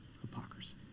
Hypocrisy